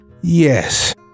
Yes